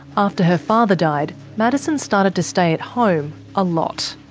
after her father died, madison started to stay at home a lot.